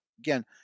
again